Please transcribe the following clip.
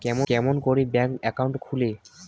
কেমন করি bank account খুলে?